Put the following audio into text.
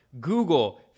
Google